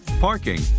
parking